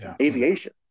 aviation